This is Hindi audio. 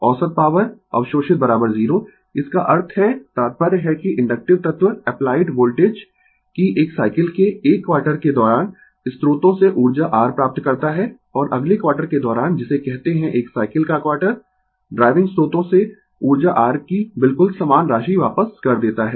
औसत पॉवर अवशोषित 0 इसका अर्थ है तात्पर्य है कि इन्डक्टिव तत्व एप्लाइड वोल्टेज की एक साइकिल के 1 क्वार्टर के दौरान स्रोतों से ऊर्जा r प्राप्त करता है और अगले क्वार्टर के दौरान जिसे कहते है एक साइकिल का क्वार्टर ड्राइविंग स्रोतों से ऊर्जा r की बिल्कुल समान राशि वापस कर देता है